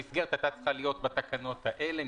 המסגרת הייתה צריכה להיות בתקנות האלה,